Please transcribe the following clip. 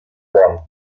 one